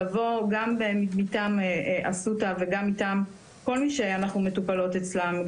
לבוא מטעם אסותא ומטעם כל מי שאנחנו מטופלות אצלם,